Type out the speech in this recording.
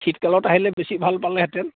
শীতকালত আহিলে বেছি ভাল পালেহেঁতেন